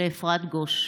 של אפרת גוש: